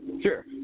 sure